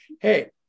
Hey